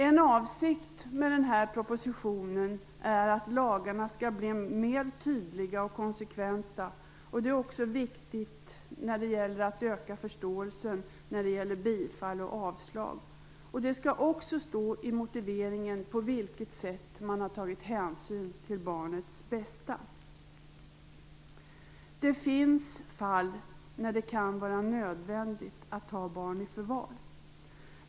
En avsikt med denna proposition är att lagarna skall bli mer tydliga och konsekventa, och det är också viktigt att öka förståelsen både när det gäller bifall och avslag. Det skall också stå i motiveringen på vilket sätt man tagit hänsyn till barnets bästa. Det finns fall när det kan vara nödvändigt att ta barn i förvar.